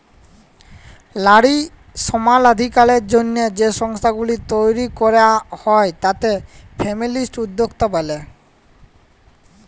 লারী সমালাধিকারের জ্যনহে যে সংস্থাগুলি তৈরি ক্যরা হ্যয় তাতে ফেমিলিস্ট উদ্যক্তা ব্যলে